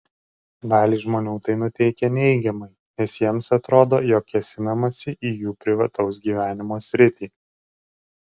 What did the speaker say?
dalį žmonių tai nuteikia neigiamai nes jiems atrodo jog kėsinamasi į jų privataus gyvenimo sritį